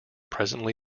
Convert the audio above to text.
presently